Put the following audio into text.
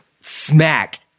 smack